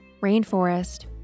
rainforest